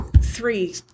three